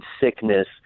sickness